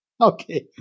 Okay